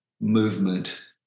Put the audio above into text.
movement